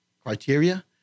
criteria